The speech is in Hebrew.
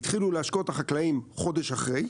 התחילו להשקות החקלאים חודש אחרי,